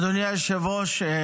אדוני היושב-ראש,